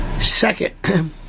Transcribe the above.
Second